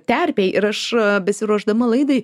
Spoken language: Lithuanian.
terpėj ir aš besiruošdama laidai